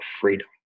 freedom